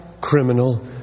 criminal